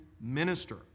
minister